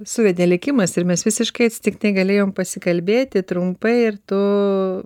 suvedė likimas ir mes visiškai atsitiktinai galėjom pasikalbėti trumpai ir tu